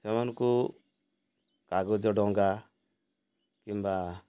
ସେମାନଙ୍କୁ କାଗଜ ଡଙ୍ଗା କିମ୍ବା